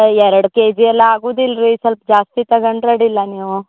ಎರಡು ಕೆಜಿ ಎಲ್ಲ ಆಗುದಿಲ್ಲ ರೀ ಸ್ವಲ್ಪ್ ಜಾಸ್ತಿ ತಗಂಡ್ರೆ ಅಡ್ಡಿಲ್ಲ ನೀವು